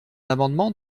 amendement